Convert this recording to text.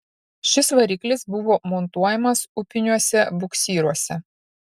šis variklis buvo montuojamas upiniuose buksyruose